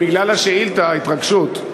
בגלל השאילתה, ההתרגשות.